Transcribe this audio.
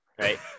Right